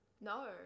no